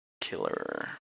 killer